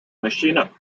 maschine